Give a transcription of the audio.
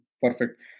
Perfect